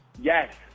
Yes